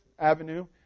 Avenue